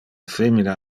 femina